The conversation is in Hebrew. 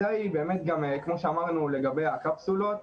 כמו שאמרנו לגבי הלמידה בקפסולות,